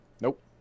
Nope